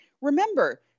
remember